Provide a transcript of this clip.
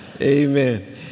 Amen